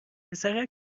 پسرک